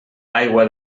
aigua